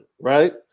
right